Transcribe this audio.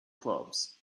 clubs